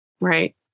right